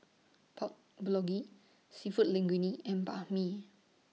Pork Bulgogi Seafood Linguine and Banh MI